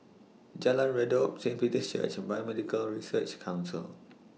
Jalan Redop Saint Peter's Church Biomedical Research Council